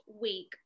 week